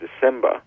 December